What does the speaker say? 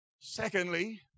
Secondly